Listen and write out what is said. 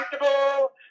comfortable